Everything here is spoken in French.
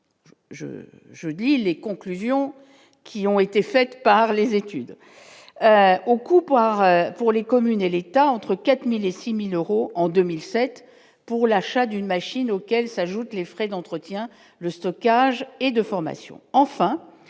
je lis les conclusions qui ont été faites par les études, on coupe pour les communes et l'État entre 4000 et 6000 euros en 2007 pour l'achat d'une machine, auxquels s'ajoutent les frais d'entretien, le stockage et de formation,